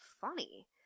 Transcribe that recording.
funny